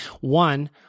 One